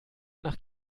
nach